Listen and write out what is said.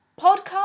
podcast